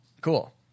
Cool